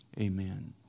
Amen